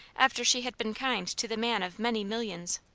after she had been kind to the man of many millions.